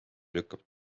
lükkab